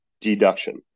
deduction